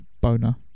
boner